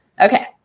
Okay